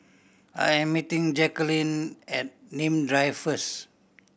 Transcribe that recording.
I'm meeting Jacqueline at Nim Drive first